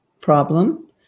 problem